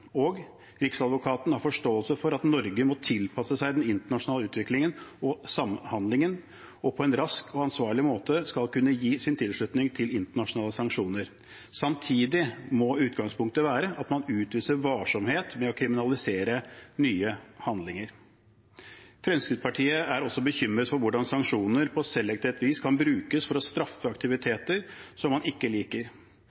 Og videre: «Riksadvokaten har forståelse for at Norge må tilpasse seg den internasjonale utviklingen og samhandlingen, og på en rask og ansvarlig måte skal kunne gi sin tilslutning til internasjonale sanksjoner. Samtidig må utgangspunktet være at man utviser varsomhet med å kriminalisere nye handlinger.» Fremskrittspartiet er også bekymret for hvordan sanksjoner på selektivt vis kan brukes for å straffe